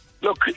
Look